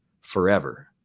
forever